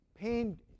Pain